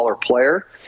player